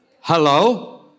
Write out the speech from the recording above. Hello